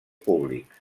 públics